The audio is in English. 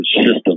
system